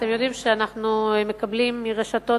אתם יודעים שאנחנו מקבלים מרשתות,